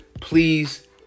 Please